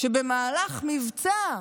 שבמהלך מבצע,